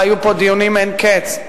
והיו כאן דיונים אין קץ,